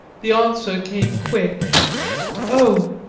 the answer came quick oh,